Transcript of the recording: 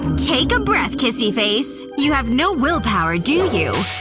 take a breath, kissy face. you have no will power, do you?